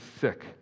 sick